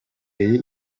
iyi